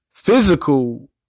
physical